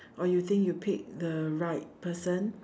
or you think you pick the right person